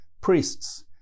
priests